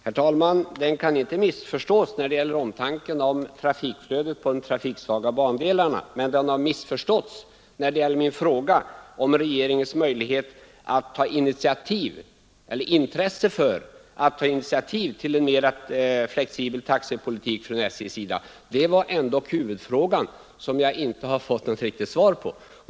Herr talman! Frågan kan inte missförstås när det gäller omtanken om trafikflödet på de trafiksvaga bandelarna, men den har missförståtts när det gäller regeringens intresse för att ta initiativ till en mera flexibel taxepolitik hos SJ. Det var ändock huvudfrågan, och den har jag inte fått något riktigt svar på.